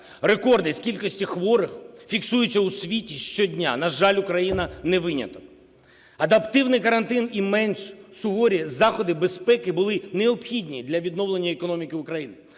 Рекорди з кількості хворих фіксуються у світі щодня, на жаль, Україна не виняток. Адаптивний карантин і менш суворі заходи безпеки були необхідні для відновлення економіки України,